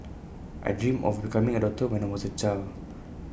I dreamt of becoming A doctor when I was A child